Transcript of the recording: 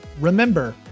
remember